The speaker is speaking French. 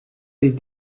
les